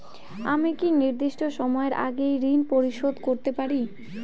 আমি কি নির্দিষ্ট সময়ের আগেই ঋন পরিশোধ করতে পারি?